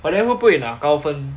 but then 会不会拿高分